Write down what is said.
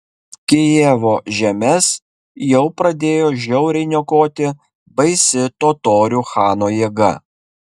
kijevo žemes jau pradėjo žiauriai niokoti baisi totorių chano jėga